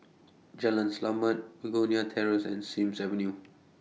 Jalan Selamat Begonia Terrace and Sims Avenue